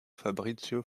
fabrizio